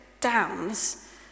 downs